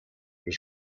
was